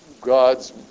God's